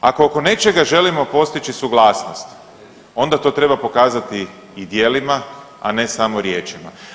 Ako oko nečega želimo postići suglasnost onda to treba pokazati i djelima, a ne samo riječima.